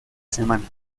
semana